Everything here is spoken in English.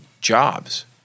jobs